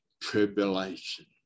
tribulation